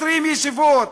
20 ישיבות.